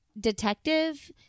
detective